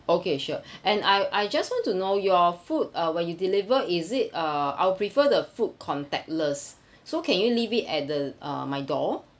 okay sure and I I just want to know your food uh when you deliver is it uh I'll prefer the food contactless so can you leave it at the uh my door